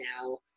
now